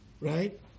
Right